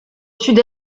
sud